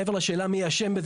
מעבר לשאלה מי אשם,